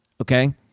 Okay